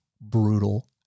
brutal